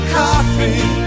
coffee